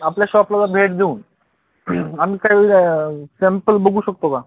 आपल्या शॉपला भेट देऊन आम्ही काही व सॅम्पल बघू शकतो का